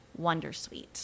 Wondersuite